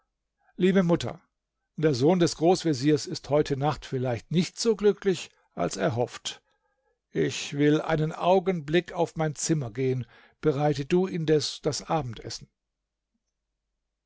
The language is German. liebe mutter der sohn des großveziers ist heute nacht vielleicht nicht so glücklich als er hofft ich will einen augenblick auf mein zimmer gehen bereite du indes das abendessen